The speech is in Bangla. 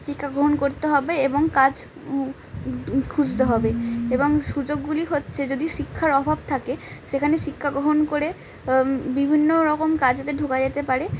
শিক্ষা গ্রহণ করতে হবে এবং কাজ খুঁজতে হবে এবং সুযোগগুলি হচ্ছে যদি শিক্ষার অভাব থাকে সেখানে শিক্ষাগ্রহণ করে বিভিন্ন রকম কাজেতে ঢোকা যেতে পারে